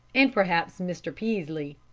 and perhaps mr. peaslee,